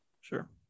Sure